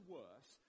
worse